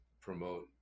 promote